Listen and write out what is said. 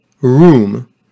room